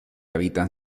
habitaban